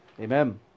Amen